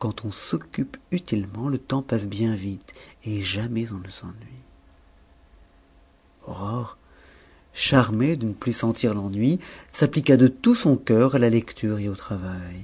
quand on s'occupe utilement le temps passe bien vite et jamais on ne s'ennuie aurore charmée de ne plus sentir l'ennui s'appliqua de tout son cœur à la lecture et au travail